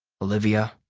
olivia.